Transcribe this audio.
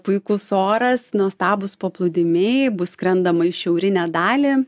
puikus oras nuostabūs paplūdimiai bus skrendama į šiaurinę dalį